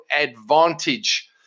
advantage